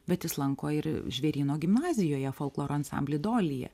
bet jis lanko ir žvėryno gimnazijoje folkloro ansamblį dolija